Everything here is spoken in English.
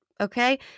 okay